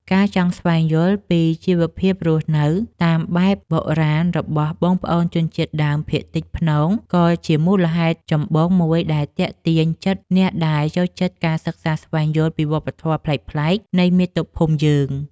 ការចង់ស្វែងយល់ពីជីវភាពរស់នៅតាមបែបបុរាណរបស់បងប្អូនជនជាតិដើមភាគតិចព្នងក៏ជាមូលហេតុចម្បងមួយដែលទាក់ទាញចិត្តអ្នកដែលចូលចិត្តការសិក្សាស្វែងយល់ពីវប្បធម៌ប្លែកៗនៃមាតុភូមិយើង។